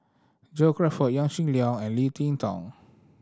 John Crawfurd Yaw Shin Leong and Leo Ting Tong